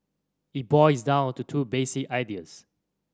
it boils down to two basic ideas